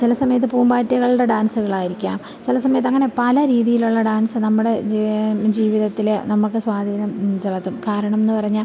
ചില സമയത്ത് പൂമ്പാറ്റകളുടെ ഡാൻസുകളായിരിക്കാം ചില സമയത്ത് അങ്ങനെ പല രീതിയിലുള്ള ഡാൻസ് നമ്മുടെ ജീ ജീവിതത്തിൽ നമുക്ക് സ്വാധീനം ചെലുത്തും കാരണം എന്ന് പറഞ്ഞാൽ